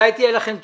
מתי תהיה לכם תשובה?